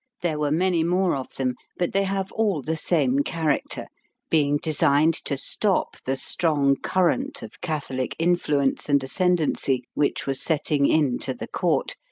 there were many more of them, but they have all the same character being designed to stop the strong current of catholic influence and ascendency which was setting in to the court,